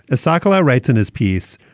sokolow writes in his piece,